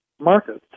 markets